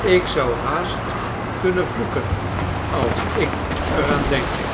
ik zou haast kunnen vloeken als ik er aan denk